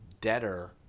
debtor